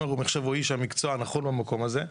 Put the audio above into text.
אני חושב שתומר הוא איש המקצוע הנכון במקום הזה.